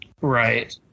Right